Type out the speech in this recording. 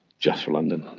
just for london.